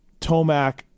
Tomac